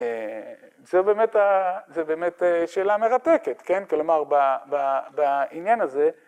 ‫זו באמת שאלה מרתקת, כן, ‫כלומר, בעניין הזה